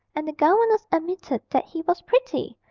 and the governess admitted that he was pretty,